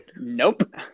nope